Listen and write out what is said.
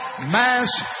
mass